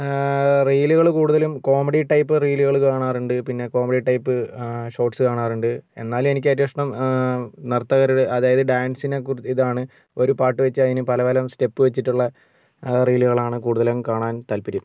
റീലുകൾ കൂടുതലും comedy type റീലുകൾ കാണാറുണ്ട് പിന്നെ കോമഡി ടൈപ്പ് ഷോർട്ട്സ് കാണാറുണ്ട് എന്നാലും എനിക്ക് ഏറ്റവും ഇഷ്ട്ടം നർത്തകരുടെ അതായത് ഡാൻസിനെ കുറിച്ച് ഇതാണ് ഒരു പാട്ട് വെച്ച് അതിന് പല പല സ്റ്റെപ്പ് വെച്ചിട്ടുള്ള ആ റീലുകളാണ് കൂടുതലും കാണാൻ താൽപ്പര്യം